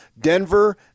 Denver